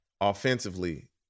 Offensively